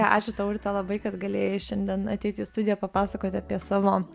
ačiū tau urte labai kad galėjai šiandien ateiti į studiją papasakoti apie savo